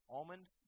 almond